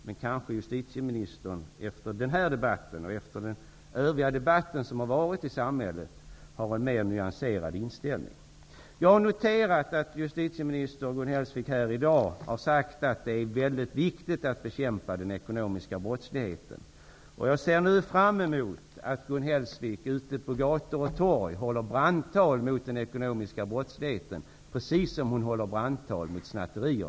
Men efter den här debatten och den debatt som har förts i samhället kanske justitieministern har en mer nyanserad inställning. Jag har noterat att justitieminister Gun Hellsvik har sagt här i dag att det är mycket viktigt att bekämpa den ekonomiska brottsligheten. Jag ser nu fram emot att Gun Hellsvik skall hålla brandtal ute på gator och torg mot den ekonomiska brottsligheten, precis på samma sätt som hon håller brandtal mot snatterier.